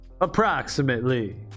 Approximately